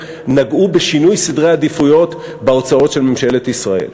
נגעו בשינוי סדרי עדיפויות בהוצאות של ממשלת ישראל.